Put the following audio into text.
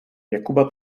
jakuba